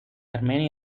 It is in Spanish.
armenia